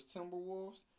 Timberwolves